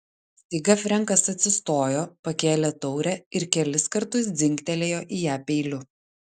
staiga frenkas atsistojo pakėlė taurę ir kelis kartus dzingtelėjo į ją peiliu